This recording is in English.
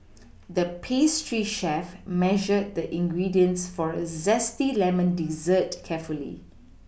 the pastry chef measured the ingredients for a zesty lemon dessert carefully